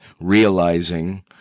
realizing